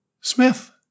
Smith